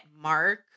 Mark